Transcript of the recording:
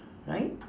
right